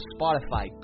Spotify